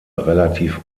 relativ